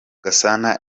gasana